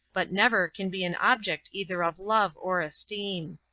but never can be an object either of love or esteem.